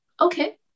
okay